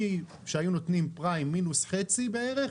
היו נותנים פריים מינוס חצי בערך,